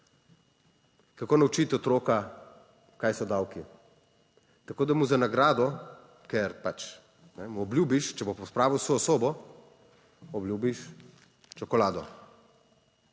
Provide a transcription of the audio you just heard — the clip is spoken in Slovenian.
Kako naučiti otroka kaj so davki? Tako, da mu za nagrado, ker pač mu obljubiš, če bo pospravil svojo sobo, obljubiš čokolado,